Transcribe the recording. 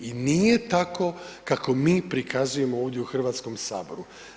I nije tako kako mi prikazujemo ovdje u Hrvatskom saboru.